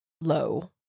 low